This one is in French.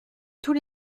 tous